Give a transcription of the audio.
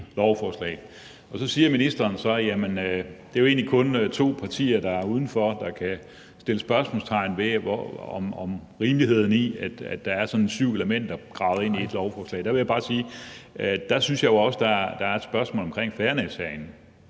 siger så, at det egentlig kun er to partier, der er uden for det og kan sætte spørgsmålstegn ved rimeligheden i, at der er sådan syv elementer gravet ind i et lovforslag. Og der vil jeg bare sige, at jeg jo også synes, at der er et spørgsmål om fairness